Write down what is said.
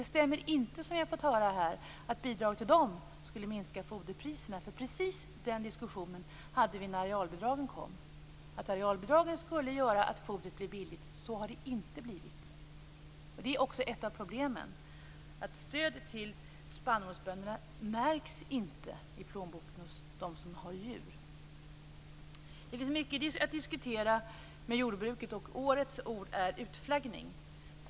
Det stämmer inte att, som vi har fått höra här, bidrag till dem skulle minska foderpriserna. Precis den diskussionen hade vi när arealbidragen kom. Arealbidragen skulle göra att fodret blev billigt, men så har det inte blivit. Ett av problemen är att stöd till spannmålsbönderna inte märks i plånboken hos dem som har djur. Det finns mycket att diskutera när det gäller jordbruket, och årets ord är "utflaggning".